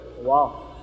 Wow